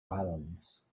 islands